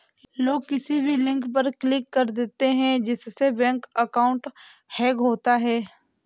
लोग किसी भी लिंक पर क्लिक कर देते है जिससे बैंक अकाउंट हैक होता है